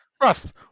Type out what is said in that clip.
Russ